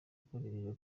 twagerageje